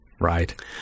Right